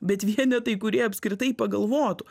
bet vienetai kurie apskritai pagalvotų